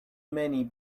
many